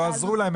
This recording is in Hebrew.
לא עזרו להם,